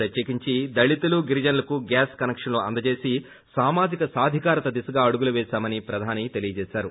ప్రత్యేకించి దళితులు గిరిజనులకు గ్యాస్ కనెక్షన్లు అందచేసి సామాజిక సాధికారత దిశగా అడుగులుపేశామని ప్రధాని తెలిపారు